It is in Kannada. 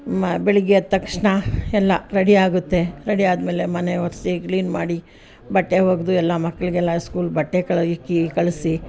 ಬೆಳಿಗ್ಗೆ ಎದ್ದ ತಕ್ಷಣ ಎಲ್ಲ ರೆಡಿಯಾಗುತ್ತೆ ರೆಡಿ ಆದಮೇಲೆ ಮನೆ ಒರ್ಸಿ ಕ್ಲೀನ್ ಮಾಡಿ ಬಟ್ಟೆ ಒಗೆದು ಎಲ್ಲ ಮಕ್ಕಳಿಗೆಲ್ಲಾ ಸ್ಕೂಲ್ ಬಟ್ಟೆಗಳು ಇಕ್ಕಿ ಕಳಿಸಿ